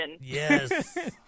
Yes